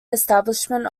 establishment